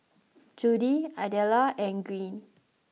Judy Idella and Greene